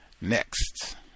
Next